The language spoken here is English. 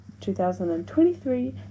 2023